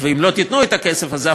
ואם הם לא ייתנו את הכסף הזה,